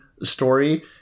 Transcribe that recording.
story